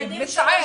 מצער.